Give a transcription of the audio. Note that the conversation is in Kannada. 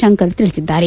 ಶಂಕರ್ ತಿಳಿಸಿದ್ದಾರೆ